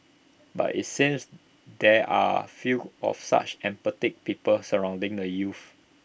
but IT seems there are few of such empathetic people surrounding the youths